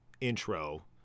intro